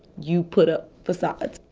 you put up facades.